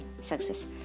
success